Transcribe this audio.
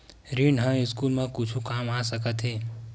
ऋण ह स्कूल मा कुछु काम आ सकत हे?